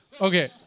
Okay